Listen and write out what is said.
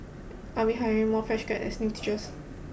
are we hiring more fresh graduates as new teachers